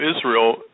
Israel